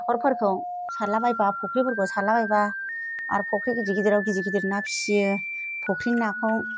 हाखरफोरखौ सारलाबायबा फुख्रिफोरखौ सारलाबायबा आरो फुख्रि गिदिर गिदिराव गिदिर गिदिर ना फियो फुख्रिनि नाखौ